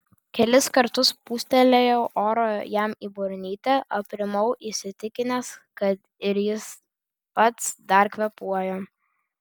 kelis kartus pūstelėjau oro jam į burnytę aprimau įsitikinęs kad ir jis pats dar kvėpuoja